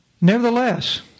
Nevertheless